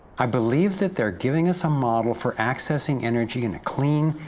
i believe that they are giving us a model for accessing energy in a clean,